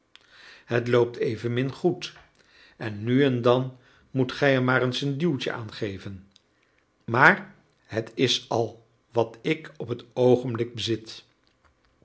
het loopt evenmin goed en nu en dan moet gij er maar eens een duwtje aan geven maar het is al wat ik op het oogenblik bezit